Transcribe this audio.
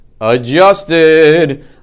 adjusted